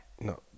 No